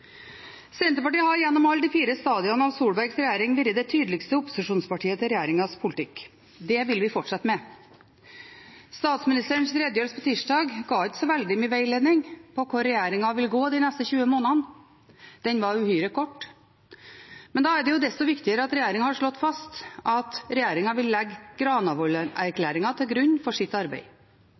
Senterpartiet har gjennom alle de fire stadiene av Solbergs regjering vært det tydeligste opposisjonspartiet til regjeringens politikk. Det vil vi fortsette med. Statsministerens redegjørelse tirsdag ga ikke så veldig mye veiledning om hvor regjeringen vil gå de neste 20 månedene. Den var uhyre kort. Da er det desto viktigere at regjeringen har slått fast at regjeringen vil legge Granavolden-erklæringen til grunn for sitt arbeid.